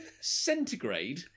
centigrade